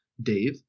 dave